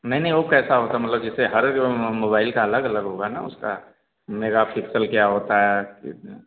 नहीं नहीं वह कैसा होता है मतलब जैसे हर जो मोबाइल का अलग अलग होगा ना उसका मेगापिक्सल क्या होता है ठीक ना